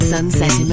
Sunset